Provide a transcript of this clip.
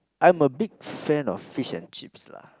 I'm a big fan of fish and chips lah